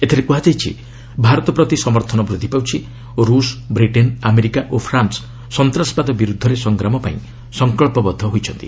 ଏଥିରେ କୁହାଯାଇଛି ଭାରତ ପ୍ରତି ସମର୍ଥନ ବୃଦ୍ଧି ପାଉଛି ଓ ରୁଷ ବିଟ୍ରେନ ଆମେରିକା ଓ ଫ୍ରାନ୍ସ ସନ୍ତାସବାଦ ବିରୁଦ୍ଧରେ ସଂଗ୍ରାମ ପାଇଁ ସଂକଳ୍ପବଦ୍ଧ ହୋଇଛି